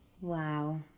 Wow